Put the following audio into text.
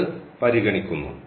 എന്നത് പരിഗണിക്കുന്നു